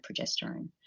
progesterone